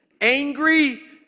angry